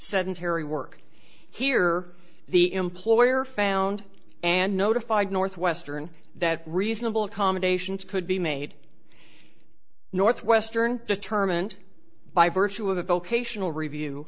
sedentary work here the employer found and notified northwestern that reasonable accommodations could be made northwestern determined by virtue of a vocational review